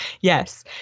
Yes